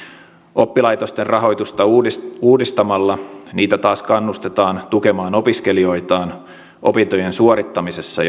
oppilaitosten rahoitusta uudistamalla niitä taas kannustetaan tukemaan opiskelijoitaan opintojen suorittamisessa